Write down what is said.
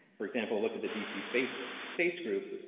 for example, look at the d c. space face group,